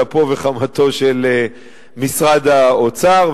על אפו וחמתו של משרד האוצר,